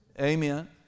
Amen